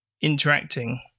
interacting